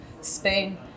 Spain